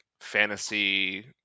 fantasy